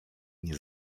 nie